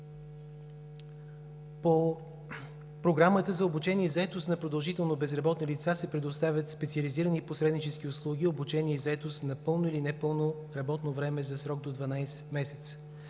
По Програмата за обучение и заетост на продължително безработни лица се предоставят специализирани посреднически услуги, обучение и заетост на пълно или непълно работно време за срок до 12 месеца.